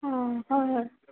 অঁ হয় হয়